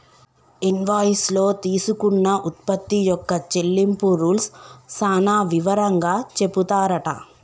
invoice లో తీసుకున్న ఉత్పత్తి యొక్క చెల్లింపు రూల్స్ సాన వివరంగా చెపుతారట